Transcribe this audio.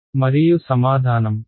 విద్యార్థి 23